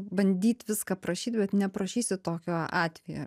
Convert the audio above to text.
bandyt viską aprašyt bet neaprašysi tokio atvejo